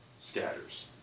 scatters